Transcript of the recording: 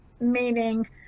meaning